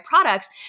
products